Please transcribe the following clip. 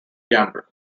gamble